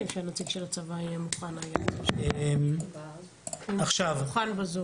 דרך